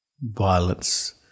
violence